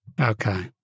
Okay